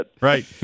Right